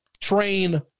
train